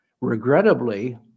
Regrettably